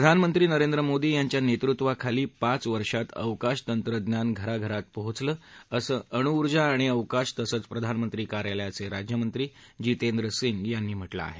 प्रधानमंत्री नरेंद्र मोदी यांच्या नेतृत्वाखाली पाच वर्षात अवकाश तंत्रज्ञान घरा घरात पोचल असं अणूऊर्जा आणि अवकाश तसंच प्रधानमंत्री कार्यालयाचे राज्यमंत्री जितेंद्र सिंग यांनी म्हटलं आहे